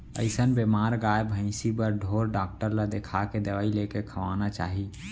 अइसन बेमार गाय भइंसी बर ढोर डॉक्टर ल देखाके दवई लेके खवाना चाही